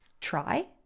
try